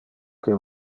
que